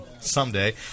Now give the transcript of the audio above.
Someday